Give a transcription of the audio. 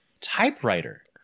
typewriter